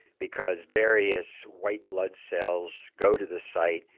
because various white blood cells go to the site,